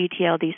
GTLD